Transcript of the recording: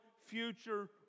future